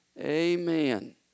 Amen